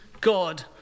God